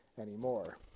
anymore